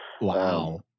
Wow